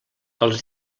els